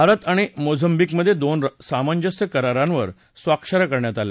भारत आणि मोझम्बिकमधे दोन सामंजस्य करारांवर स्वाक्ष या करण्यात आल्या